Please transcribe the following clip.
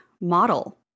model